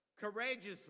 courageously